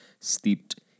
steeped